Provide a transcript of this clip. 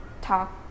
talk